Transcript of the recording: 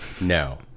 no